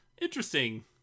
interesting